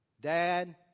dad